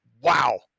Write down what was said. Wow